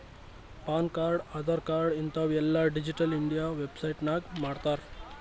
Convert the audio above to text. PAN card, Aadhaar card ಹಿಂತಾವ್ ಎಲ್ಲಾ digital India website ನಾಗೆ ಮಾಡ್ತಾರ್